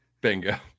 Bingo